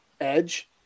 Edge